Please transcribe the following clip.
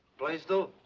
blaisdell.